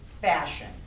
fashion